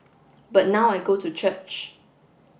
but now I go to church